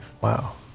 Wow